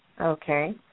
Okay